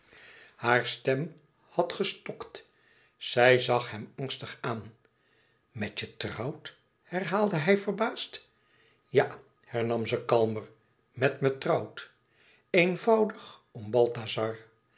haar stem had gestokt zij zag hem angstig aan met je trouwt herhaalde hij verbaasd ja hernam ze kalmer met me trouwt eenvoudig om balthazar